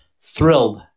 thrilled